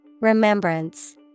Remembrance